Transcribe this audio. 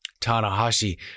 Tanahashi